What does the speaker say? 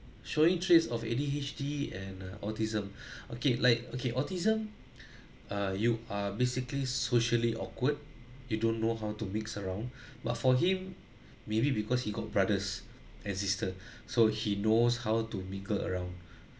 showing traits of A_D_H_D and uh autism okay like okay autism uh you are basically socially awkward you don't know how to mix around but for him maybe because he got brothers and sisters so he knows how to mingle around